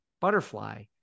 Butterfly